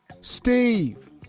Steve